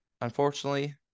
Unfortunately